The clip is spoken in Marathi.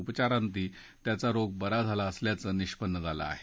उपचारांती त्याचा रोग बरा झाला असल्याचं निष्पन्न झालं आहे